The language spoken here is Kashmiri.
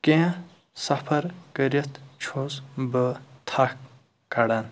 کیٚنٛہہ سفر کٔرِتھ چھُس بہٕ تھکھ کَڈان